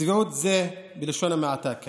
זו צביעות בלשון המעטה.